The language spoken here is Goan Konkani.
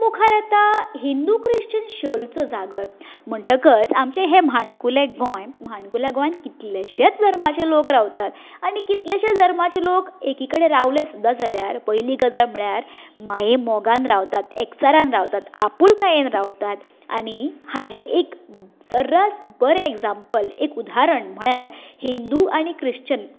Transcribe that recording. मुखार येता हिंदू क्रिच्चन शिवोलेचो जागर म्हणटकच आमचें हें माणकुलें गोंय माणकुल्या गोंयान कितलेशेच धर्माचे लोक रावतात आनी कितलेशेच धर्माचे लोक एकेकडेन रावले सुद्दां जाल्यार पयली गजाल म्हळ्यार मायेमोगान रावतात एकचारान रावतात आपुलकायेन रावतात आनी हाजें एक सरस बरें एग्जामपल एक बरें उदारण म्हळ्यार हिंदू आनी क्रिच्चन